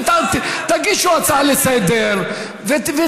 תגישו הצעה לסדר-היום,